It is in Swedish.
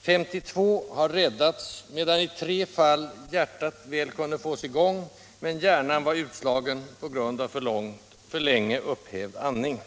52 har räddats, medan i tre fall hjärtat väl kunde fås i gång men hjärnan var utslagen på grund av för länge upphävd andning.